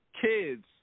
kids